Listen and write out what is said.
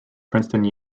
princeton